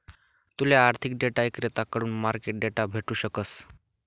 तूले आर्थिक डेटा इक्रेताकडथून मार्केट डेटा भेटू शकस